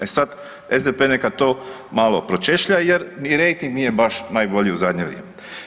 E sad SDP neka to malo pročešlja jer ni rejting nije baš najbolji u zadnje vrijeme.